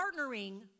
partnering